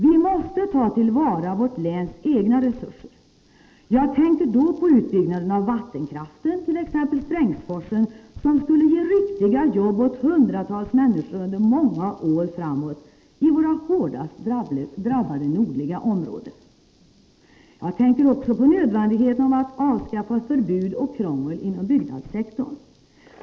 Vi måste ta till vara vårt läns egna resurser. Jag tänker då på utbyggnaden av vattenkraften, t.ex. i Strängsforsen, som skulle ge riktiga jobb åt hundratals människor under många år framåt i våra hårdast drabbade nordliga områden. Jag tänker också på nödvändigheten av att avskaffa förbud och krångel inom byggnadssektorn.